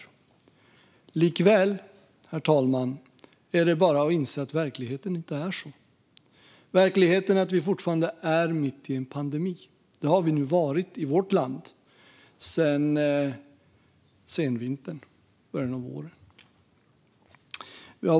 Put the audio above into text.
Likväl, herr talman, är det bara att inse att verkligheten inte ser ut så. I verkligheten är vi fortfarande mitt i en pandemi. Det har vi i vårt land nu varit sedan senvintern och början av våren.